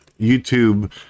YouTube